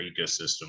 ecosystem